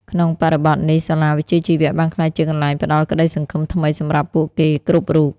ក្នុងបរិបទនេះ សាលាវិជ្ជាជីវៈបានក្លាយជាកន្លែងផ្តល់ក្តីសង្ឃឹមថ្មីសម្រាប់ពួកគេគ្រប់រូប។